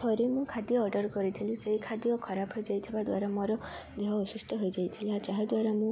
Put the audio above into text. ଥରେ ମୁଁ ଖାଦ୍ୟ ଅର୍ଡ଼ର୍ କରିଥିଲି ସେଇ ଖାଦ୍ୟ ଖରାପ ହୋଇ ଯାଇଥିବା ଦ୍ୱାରା ମୋର ଦେହ ଅସୁସ୍ଥ ହୋଇ ଯାଇଥିଲା ଯାହାଦ୍ୱାରା ମୁଁ